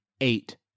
eight